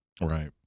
Right